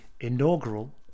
inaugural